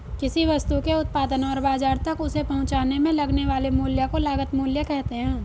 किसी वस्तु के उत्पादन और बाजार तक उसे पहुंचाने में लगने वाले मूल्य को लागत मूल्य कहते हैं